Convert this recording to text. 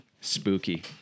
Spooky